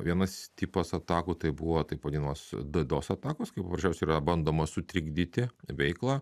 vienas tipas atakų tai buvo taip vadinamos d dos atakos kai paprasčiausiai yra bandoma sutrikdyti veiklą